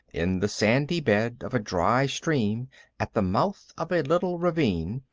in the sandy bed of a dry stream at the mouth of a little ravine,